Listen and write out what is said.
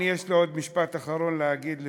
יש לי עוד משפט אחרון להגיד,